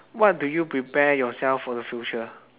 what do you prepare yourself for the future